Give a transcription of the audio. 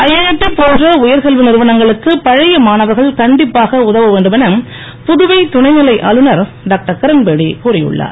ஐகடி போன்ற உயர்கல்வி நிறுவனங்களுக்கு பழைய மாணவர்கள் கண்டிப்பாக உதவ வேண்டுமென புதுவை துணைநிலை ஆளுனர் டாக்டர் கிரண்பேடி கூறியுள்ளார்